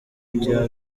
bya